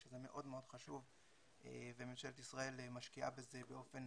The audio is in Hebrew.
שזה מאוד מאוד חשוב וממשלת ישראל משקיעה בזה באופן